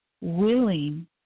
willing